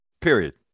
Period